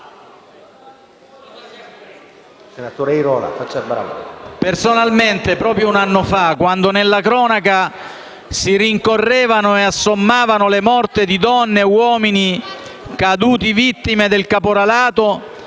Senatore Airola, faccia il bravo.